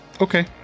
Okay